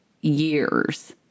years